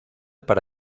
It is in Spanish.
para